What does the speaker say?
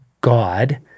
God